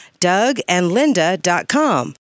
DougAndLinda.com